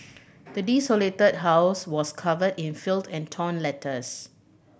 the desolated house was covered in filth and torn letters